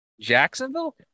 Jacksonville